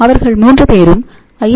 அவர்கள் 3 பேரும் ஐ